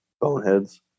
boneheads